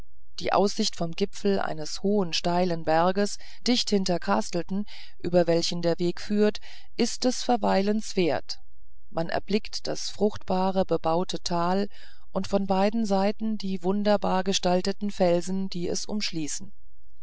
die aussicht vom gipfel eines hohen steilen berges dicht hinter castleton über welchen der weg führt ist des verweilens wert man erblickt das fruchtbare bebaute tal und von beiden seiten die wunderbar gestalteten felsen die es umschließen